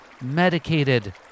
medicated